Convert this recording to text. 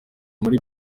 muri